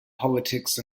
politics